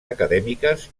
acadèmiques